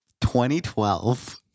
2012